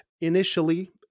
Initially